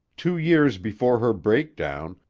two years before her breakdown,